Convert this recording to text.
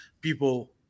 people